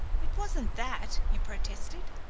it wasn't that, he protested.